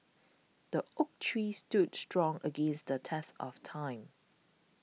the oak tree stood strong against the test of time